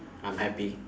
I'm happy